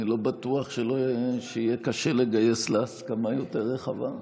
אני לא בטוח שיהיה קשה לגייס לה הסכמה יותר רחבה,